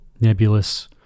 nebulous